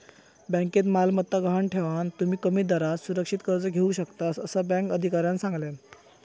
बँकेत मालमत्ता गहाण ठेवान, तुम्ही कमी दरात सुरक्षित कर्ज घेऊ शकतास, असा बँक अधिकाऱ्यानं सांगल्यान